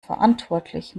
verantwortlich